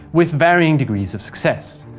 with varying degrees of success.